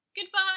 Goodbye